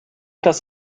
das